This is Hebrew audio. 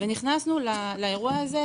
ונכנסנו לאירוע הזה,